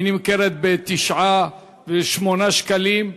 היא נמכרת ב-9-8 שקלים,